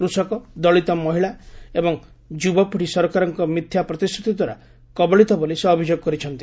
କୃଷକ ଦଳିତ ମହିଳା ଏବଂ ଯୁବପିଢ଼ି ସରକାରଙ୍କ ମିଥ୍ୟା ପ୍ରତିଶ୍ରତିଦ୍ୱାରା କବଳିତ ବୋଲି ସେ ଅଭିଯୋଗ କରିଛନ୍ତି